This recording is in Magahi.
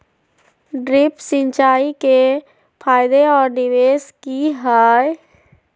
ड्रिप सिंचाई के फायदे और निवेस कि हैय?